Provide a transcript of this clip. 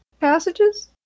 passages